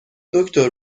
دکتر